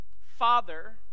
Father